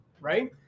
Right